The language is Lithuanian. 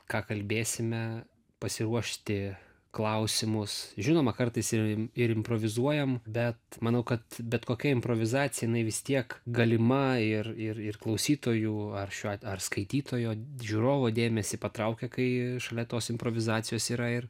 ką kalbėsime pasiruošti klausimus žinoma kartais ir ir improvizuojam bet manau kad bet kokia improvizacija vis tiek galima ir ir ir klausytojų ar šiuo ar skaitytojo žiūrovo dėmesį patraukia kai šalia tos improvizacijos yra ir